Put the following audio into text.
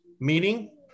meeting